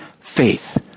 Faith